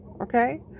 Okay